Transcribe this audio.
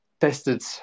tested